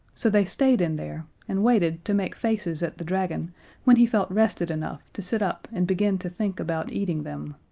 so they stayed in there and waited to make faces at the dragon when he felt rested enough to sit up and begin to think about eating them.